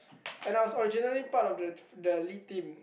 and I was originally part of the the lead team